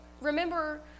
remember